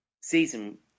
season